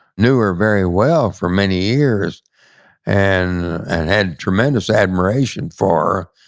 knew her very well for many years and had tremendous admiration for